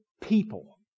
people